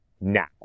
now